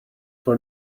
for